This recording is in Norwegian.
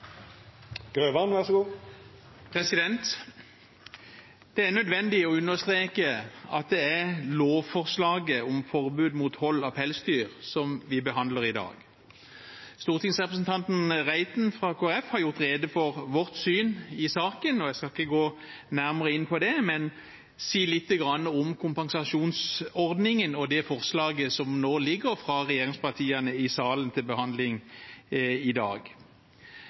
dagen, og så kommer jeg tilbake til haken ved dette vedtaket. Det er nødvendig å understreke at det er lovforslaget om forbud mot hold av pelsdyr vi behandler i dag. Stortingsrepresentanten Reiten fra Kristelig Folkeparti har gjort rede for vårt syn i saken. Jeg skal ikke gå nærmere inn på det, men si litt om kompensasjonsordningen og det forslaget som nå ligger fra regjeringspartiene i salen til behandling i dag.